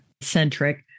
centric